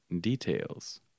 details